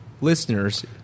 listeners